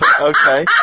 Okay